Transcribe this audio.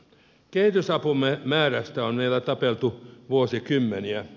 kehitysapumme määrästä on meillä tapeltu vuosikymmeniä